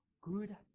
good